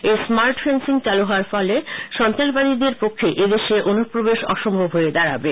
এই smart fencing চালু হওয়ার ফলে সন্ত্রাসবাদীদের পক্ষে এদেশে অনুপ্রবেশ অসম্ভব হয়ে দাঁড়াবে